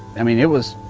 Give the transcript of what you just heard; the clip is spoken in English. i mean, it was,